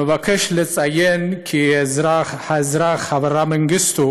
אני מבקש לציין כי האזרח אברה מנגיסטו